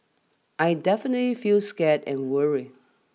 I definitely feel scared and worried